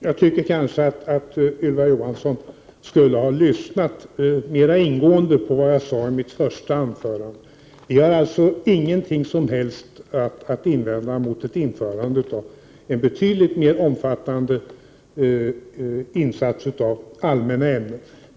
Herr talman! Jag tycker kanske att Ylva Johansson skulle ha lyssnat mer ingående på vad jag sade i mitt första anförande. Vi har inget som helst att invända mot en betydligt mer omfattande insats av allmänna ämnen.